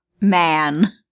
man